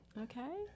Okay